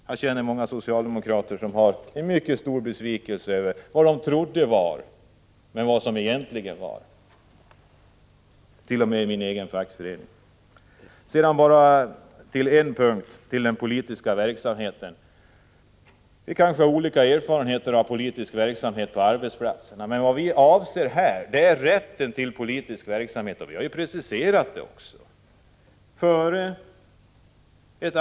Jag känner många socialdemokrater — t.o.m. i min egen fackförening — som är mycket besvikna. Sedan har jag bara en punkt till, nämligen den politiska verksamheten. Man kanske har olika erfarenheter av detta, men vad vi avser här är rätten till politisk verksamhet på arbetsplatserna. Det har vi också preciserat.